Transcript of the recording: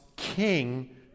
king